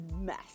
mess